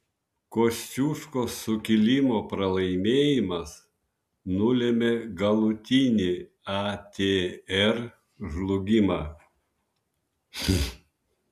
kosciuškos sukilimo pralaimėjimas nulėmė galutinį atr žlugimą